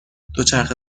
دوچرخه